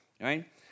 right